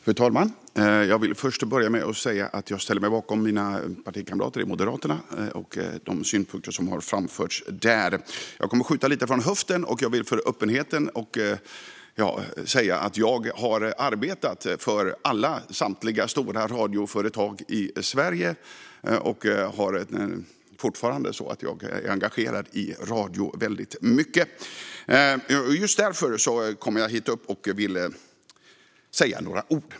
Fru talman! Jag vill börja med att säga att jag ställer mig bakom mina partikamrater i Moderaterna och de synpunkter som har framförts av dem. Jag kommer att skjuta lite från höften. Jag vill för öppenhetens skull säga att jag har arbetat för samtliga stora radioföretag i Sverige och fortfarande är väldigt engagerad i radio. Just därför vill jag säga några ord här från talarstolen.